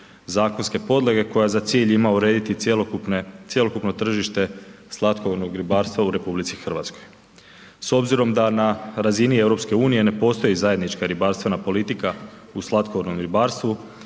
zakonske podloge, koja za cilj ima urediti cjelokupno tržište slatkovodnog ribarstva u RH. S obzirom da na razini EU ne postoji zajednička ribarstvena politika u slatkovodnom ribarstvu,